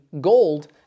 gold